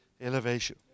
elevation